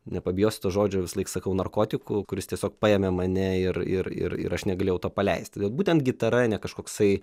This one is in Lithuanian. nepabijosiu to žodžio visąlaik sakau narkotiku kuris tiesiog paėmė mane ir ir ir ir aš negalėjau to paleisti vat bet būtent gitara ne kažkoksai